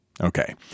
Okay